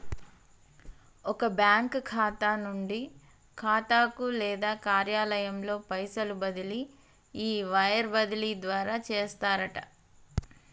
ఒక బ్యాంకు ఖాతా నుండి ఖాతాకు లేదా కార్యాలయంలో పైసలు బదిలీ ఈ వైర్ బదిలీ ద్వారా చేస్తారట